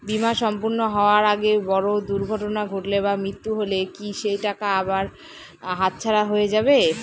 বীমা সম্পূর্ণ হওয়ার আগে বড় দুর্ঘটনা ঘটলে বা মৃত্যু হলে কি সেইটাকা আমার হাতছাড়া হয়ে যাবে?